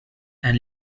and